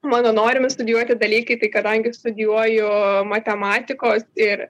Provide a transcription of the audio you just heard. mano norimi studijuoti dalykai tai kadangi studijuoju matematikos ir